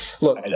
Look